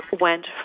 went